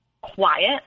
quiet